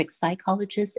psychologist